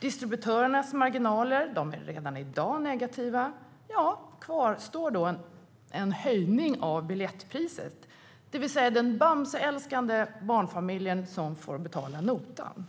Distributörernas marginaler är redan i dag negativa. Kvar står en höjning av biljettpriset. Det är den Bamseälskande barnfamiljen som får betala notan.